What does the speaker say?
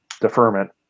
deferment